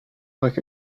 work